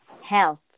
health